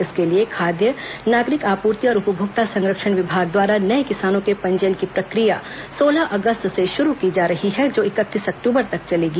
इसके लिए खाद्य नागरिक आपूर्ति और उपभोक्ता संरक्षण विभाग द्वारा नए किसानों के पंजीयन की प्रक्रिया सोलह अगस्त से शुरू की जा रही है जो इकतीस अक्टूबर तक चलेगी